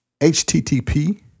HTTP